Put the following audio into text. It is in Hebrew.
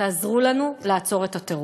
תעזרו לנו לעצור את הטירוף.